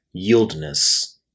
yieldness